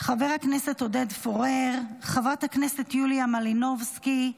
חבר הכנסת עודד פורר, חברת הכנסת יוליה מלינובסקי,